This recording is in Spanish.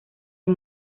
hay